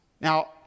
Now